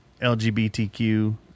LGBTQ